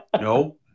No